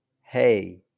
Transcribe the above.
hey